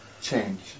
change